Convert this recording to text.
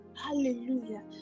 Hallelujah